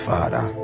Father